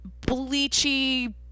bleachy